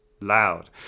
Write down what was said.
loud